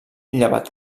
llevat